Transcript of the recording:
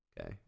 Okay